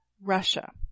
Russia